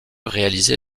réaliser